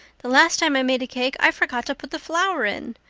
the last time i made a cake i forgot to put the flour in.